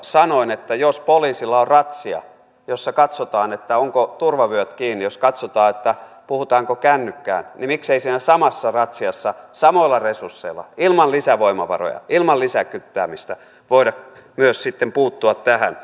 sanoin että jos poliisilla on ratsia jossa katsotaan ovatko turvavyöt kiinni ja jossa katsotaan puhutaanko kännykkään niin miksei siinä samassa ratsiassa samoilla resursseilla ilman lisävoimavaroja ilman lisäkyttäämistä voida myös puuttua tähän